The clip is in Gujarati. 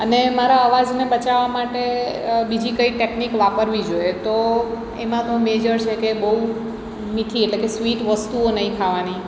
અને મારા અવાજને બચાવવા માટે બીજી કઈ ટેકનિક વાપરવી જોઈએ તો એમાં પણ બેજોડ છેકે બહુ મીઠી એટલે કે સ્વીટ વસ્તુઓ નહીં ખાવાની